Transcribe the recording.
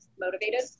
motivated